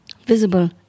visible